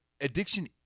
addiction